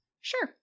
Sure